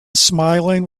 smiling